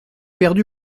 perdu